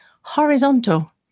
horizontal